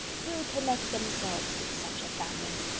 will connect themselves with such a family?